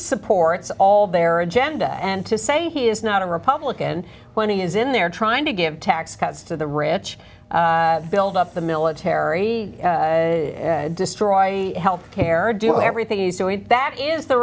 supports all their agenda and to say he is not a republican when he is in there trying to give tax cuts to the rich build up the military destroy health care do everything that is the